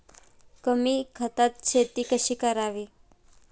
कमी खतात शेती कशी करावी?